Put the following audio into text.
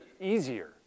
easier